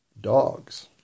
dogs